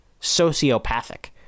sociopathic